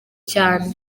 cyane